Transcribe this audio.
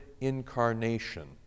incarnation